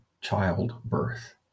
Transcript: childbirth